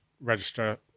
register